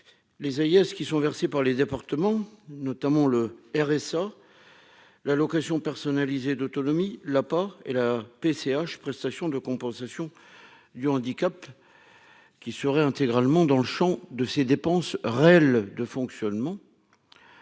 ceux qui sont versés par les départements, notamment le RSA, l'allocation personnalisée d'autonomie, l'apport et la PCH prestation de compensation du handicap qui seraient intégralement dans le Champ de ses dépenses réelles de fonctionnement.